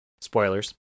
spoilers